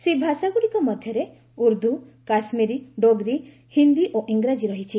ସେହି ଭାଷାଗୁଡ଼ିକ ମଧ୍ୟରେ ଉର୍ଦ୍ଦୁ କାଶ୍ମୀରୀ ଡୋଗ୍ରୀ ହିନ୍ଦୀ ଓ ଇଂରାଜୀ ରହିଛି